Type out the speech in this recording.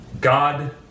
God